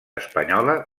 espanyola